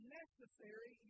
necessary